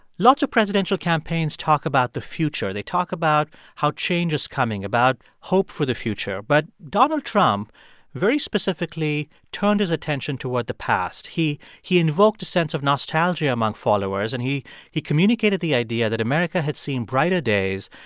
lots of presidential campaigns talk about the future. they talk about how change is coming, about hope for the future. but donald trump very specifically turned his attention toward the past. he he and evoked a sense of nostalgia among followers. and he he communicated the idea that america had seen brighter days.